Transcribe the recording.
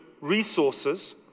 resources